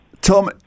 Tom